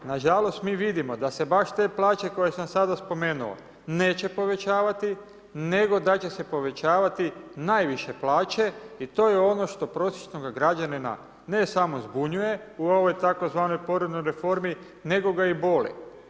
Nažalost mi vidimo da se baš te plaće koje sam sada spomenuo neće povećavati nego da će se povećavati najviše plaće i to je ono što prosječnoga građanina ne samo zbunjuje u ovoj tzv. poreznoj reformi nego ga i boli.